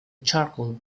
charcoal